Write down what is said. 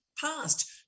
past